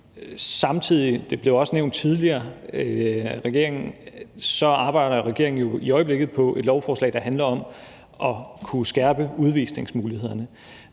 Samtidig, og det blev også nævnt tidligere af regeringen, arbejder regeringen i øjeblikket på et lovforslag, der handler om at kunne skærpe udvisningsmulighederne.